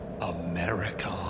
America